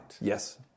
Yes